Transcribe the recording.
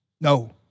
No